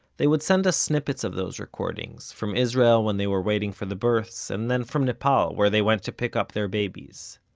they would send us snippets of those recordings, from israel when they were waiting for the births, and then from nepal, where they went to pick up their babies.